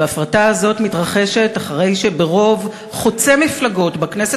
וההפרטה הזאת מתרחשת אחרי שברוב חוצה מפלגות בכנסת